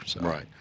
right